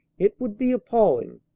it would be appalling!